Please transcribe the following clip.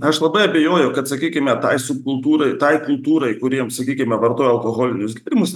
aš labai abejoju kad sakykime tai subkultūrai tai kultūrai kuriems sakykime vartojo alkoholinius gėrimus